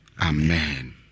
Amen